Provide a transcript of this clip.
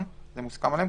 זה מוסכם עליהם?